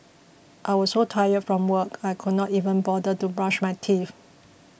I was so tired from work I could not even bother to brush my teeth